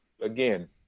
again